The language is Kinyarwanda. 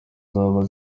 zaba